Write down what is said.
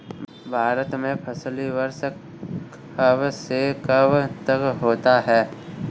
भारत में फसली वर्ष कब से कब तक होता है?